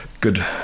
good